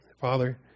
Father